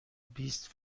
بیست